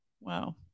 Wow